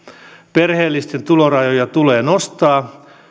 perheellisten tulorajoja tulee nostaa